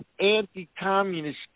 anti-communist